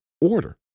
order